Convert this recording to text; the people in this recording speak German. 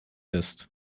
ist